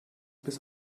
bis